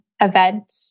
event